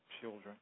children